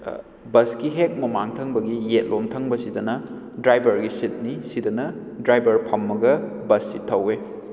ꯕꯁꯀꯤ ꯍꯦꯛ ꯃꯃꯥꯡ ꯊꯪꯕꯒꯤ ꯌꯦꯠꯂꯣꯝ ꯊꯪꯕꯁꯤꯗꯅ ꯗ꯭ꯔꯥꯏꯚꯔꯒꯤ ꯁꯤꯠꯅꯤ ꯁꯤꯗꯅ ꯗ꯭ꯔꯥꯏꯚꯔ ꯐꯝꯃꯒ ꯕꯁꯁꯤ ꯊꯧꯏ